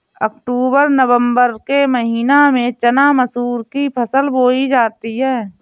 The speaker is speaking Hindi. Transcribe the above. अक्टूबर नवम्बर के महीना में चना मसूर की फसल बोई जाती है?